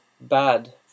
bad